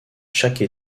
chaque